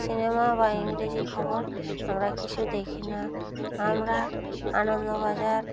cinema বা ইংরেজি খবর আমরা কিছু দেখি না আমরা আনন্দবাজার